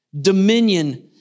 dominion